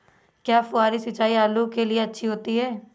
क्या फुहारी सिंचाई आलू के लिए अच्छी होती है?